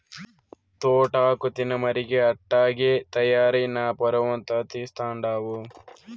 తోటాకు తినమరిగి అట్టాగే తయారై నా పరువంతా తీస్తండావు